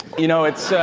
you know, it's